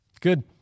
good